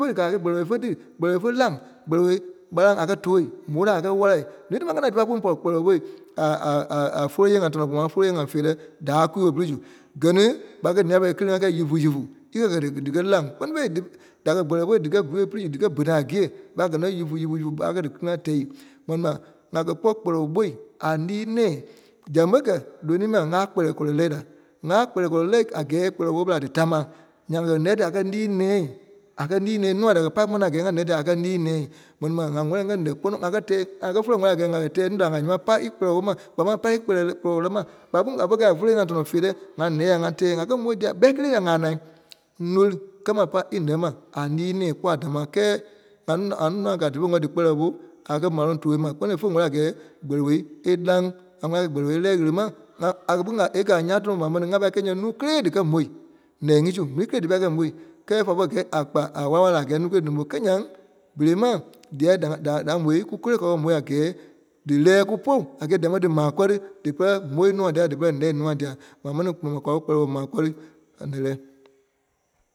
ífe dí kala kɛ̀ Kpɛlɛɛ woo fé tí. Kpɛlɛɛ woo fé laŋ. Kpɛlɛɛ woo kpalaŋ a kɛ̀ tóo, mò laa a kɛ̀ wála. Nuui támaa káa naa dífe kpîŋ pɔri Kpɛlɛɛ woo bó. A- a- a- a fólo nyee ŋa tɔnɔ kpaa maŋ fólo nyee ŋa feerɛ dáa kwii-woo pili su. Gɛ ní ɓa kɛ̀ nîa-pɛlɛɛ kili-ŋa kɛ̀ ɣifu-ɣifu. Ífe kɛ̀ dí- dí kɛ́ laŋ kpɛ́ni fêi dí- da kɛ̀ Kpɛlɛɛ woo díkɛ kwii-woo pili su díkɛ bene a gîe ɓa kɛ̀ nɔ́ ɣifu-ɣifu u ɓa kɛɛ dí kili-ŋa tɛ̂ɛi. Mɛni ma ŋa kɛ̀ kpɔ́ Kpɛlɛɛ bó a lii-nɛ̃ɛ zɛŋ ɓe kɛ lónii maa káa Kpɛlɛɛ kɔlɔ lɛ̂ naa. ŋa Kpɛlɛɛ kɔlɔ lɛ̀ a kɛ́ɛ Kpɛlɛɛi mò bela dí tàmaa. Nyaŋ kɛ̀ nɛ̂ da kɛ̀ lii-nɛ̃ɛ- a kɛ̀ lii-nɛ̃ɛ núa da kɛ́ pai ɓɔ̀ a kɛɛ ŋai nɛ̂ dia a kɛ̀ lii-nɛ̃ɛ. Mɛni ma ŋa wɛli a nɛ̂ kpɔnɔ ŋa kɛ̀ tɛ́ɛ ŋa kɛ fɛli wɛli a kɛɛ ŋa li tɛ́ɛ nuu da a kàa nyɛɛ ma pa í kpɛlɛɛ woo mò ma. Kpaa maŋ pa í Kpɛlɛɛ nɛ̂- Kpɛlɛɛ woo lɛ̂ ma. ɓa kɛ̀ kpîŋ a pɔri kɛi a fólo-ŋai tɔnɔ feerɛ ŋai lɛ̂ ya ŋa tɛ́ɛ ŋa kɛ̀ mò dia kpɛɛ kelee nya kàa naa dɔ́li kɛ́ ma pa í nɛ̂ ma a lii-nɛ̃ɛ kpɔ́ a dámaa. Kɛɛ ŋa nuu da- nua da kaa dífe wɛli dí Kpɛlɛɛ woo bó a kɛ̀ Màloŋ tóo ma. Kpɛni fé wɛli a kɛɛ Kpɛlɛɛ a laŋ. ŋa wɛli a kɛ́ɛ Kpɛlɛɛ woo a lɛɛ ɣele ma ŋa- a kɛ̀ kpîŋ a è kɛ̀ a nyaŋ tɔnɔ maa mɛni ŋa pa kɛ̀ nyɛ núu kélee díkɛ môi nɔii ŋí su. Nùui kèlee dí pai kɛ̀ môi. Kɛ́ɛ fa pɔri kɛ̀ a kpa a wàla-wala laa a kɛɛ nuu kelee dí mò. Kɛɛ nyaŋ berei máŋ dia dí ŋa- da- da mò kù kélee kwa kɛ́ mò dí lɛɛ kùpolu a kɛɛ damaa dí ma kɔri dí pɛrɛ mò núu dia dí pɛlɛ lɛ̂ nùa diai. Ma mɛ́ni kpɔmɔ kwa kɛ̀ Kpɛlɛɛ woo maa kɔri a lɛ̂lɛɛ.